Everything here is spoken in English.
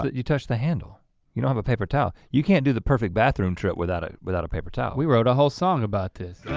you touch the handle. you don't have a paper towel. you can't do the perfect bathroom trip without ah without a paper towel. we wrote a whole song about this.